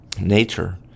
nature